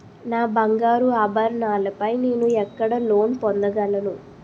నా బంగారు ఆభరణాలపై నేను ఎక్కడ లోన్ పొందగలను?